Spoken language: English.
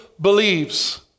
believes